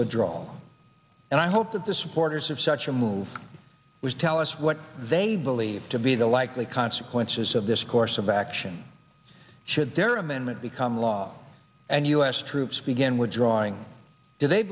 withdrawal and i hope that the supporters of such a move which tell us what they believe to be the likely consequences of this course of action should their amendment become law and u s troops begin withdrawing do they